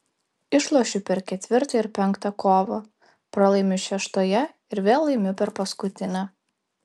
išlošiu per ketvirtą ir penktą kovą pralaimiu šeštoje ir vėl laimiu per paskutinę